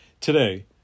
Today